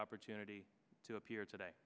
opportunity to appear today